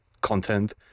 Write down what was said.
content